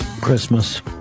Christmas